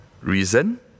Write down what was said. Reason